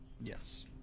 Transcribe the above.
Yes